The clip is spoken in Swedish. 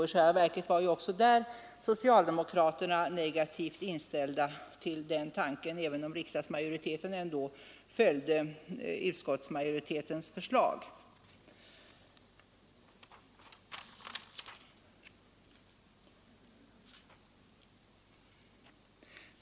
I själva verket var ju också där socialdemokraterna negativt inställda till tanken att behålla tingsrätten, även om riksdagsmajoriteten ändå följde utskottsmajoritetens förslag.